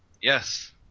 yes